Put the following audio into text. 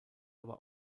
aber